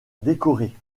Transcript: décorée